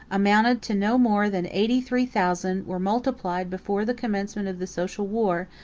amounted to no more than eighty-three thousand, were multiplied, before the commencement of the social war,